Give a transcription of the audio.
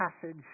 passage